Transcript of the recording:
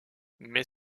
mais